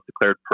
declared